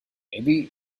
maybe